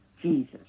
Jesus